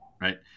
right